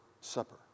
Supper